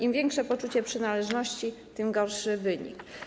Im większe poczucie przynależności, tym gorszy wynik.